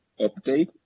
update